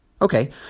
Okay